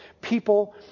People